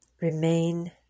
remain